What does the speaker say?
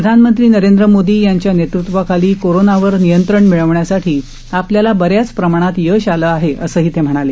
प्रधानमंत्री नरेंद्र मोदी यांच्या नेतृत्वाखाली कोरोनावर नियंत्रण मिळवण्यासाठी आपल्याला बऱ्याच प्रमाणात यश आलं आहे असंही ते म्हणाले